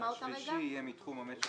"השלישי יהיה מתחום המשק